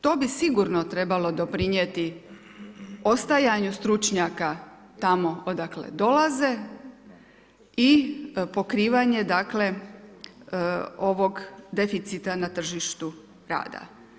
To bi sigurno trebalo doprinijeti ostajanju stručnjaka tamo odakle dolaze i pokrivanje dakle ovog deficita na tržištu rada.